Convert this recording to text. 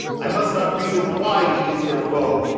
i must not reason why he is your foe,